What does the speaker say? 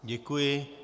Děkuji.